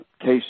case